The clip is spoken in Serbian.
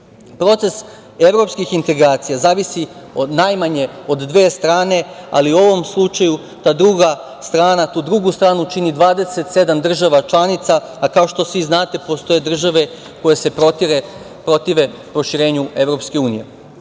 Proces evropskih integracija zavisi najmanje od dve strane, ali u ovom slučaju ta druga strana, tu drugu stranu čini 27 država članica, a kao što svi znate, postoje države koje se protive proširenju EU.Bez